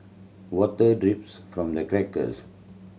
water drips from the crackers